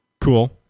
cool